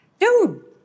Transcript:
Dude